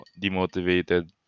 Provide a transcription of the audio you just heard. demotivated